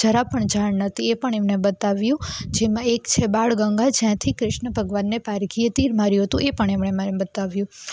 જરા પણ જાણ નહોતી એ પણ એમણે બતાવ્યું જેમાં એક છે બાળગંગા જ્યાંથી કૃષ્ણ ભગવાનને પારઘીએ તીર માર્યું હતું એ પણ એમણે મને બતાવ્યું